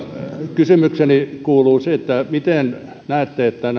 kysymykseni kuuluu miten näette että